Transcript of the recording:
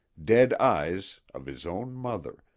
dead eyes of his own mother,